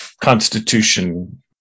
constitution